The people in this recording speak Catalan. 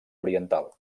oriental